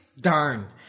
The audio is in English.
Darn